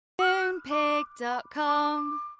Moonpig.com